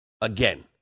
Again